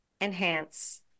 enhance